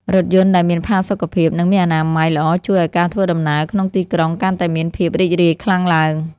រថយន្តដែលមានផាសុកភាព និងមានអនាម័យល្អជួយឱ្យការធ្វើដំណើរក្នុងទីក្រុងកាន់តែមានភាពរីករាយខ្លាំងឡើង។